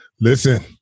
Listen